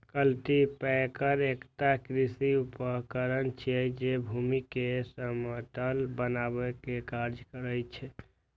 cultipacker एकटा कृषि उपकरण छियै, जे भूमि कें समतल बनबै के काज करै छै